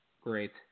Great